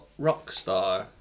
Rockstar